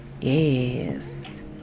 Yes